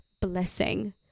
blessing